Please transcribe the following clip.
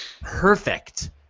perfect